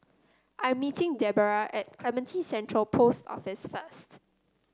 i am meeting Debera at Clementi Central Post Office first